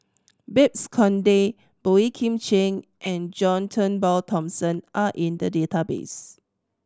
Babes Conde Boey Kim Cheng and John Turnbull Thomson are in the database